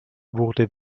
wurde